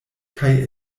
kaj